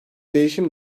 değişim